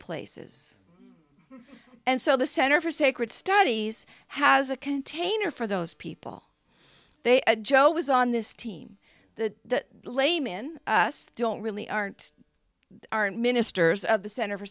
places and so the center for sacred studies has a container for those people they a joe was on this team the lame in us don't really aren't aren't ministers of the center for